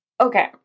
Okay